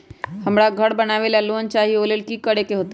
हमरा घर बनाबे ला लोन चाहि ओ लेल की की करे के होतई?